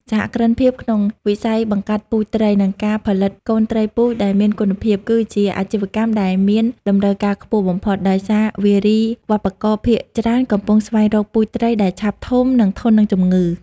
សហគ្រិនភាពក្នុងវិស័យបង្កាត់ពូជត្រី និងការផលិតកូនត្រីពូជដែលមានគុណភាព គឺជាអាជីវកម្មដែលមានតម្រូវការខ្ពស់បំផុត ដោយសារវារីវប្បករភាគច្រើនកំពុងស្វែងរកពូជត្រីដែលឆាប់ធំ និងធន់នឹងជំងឺ។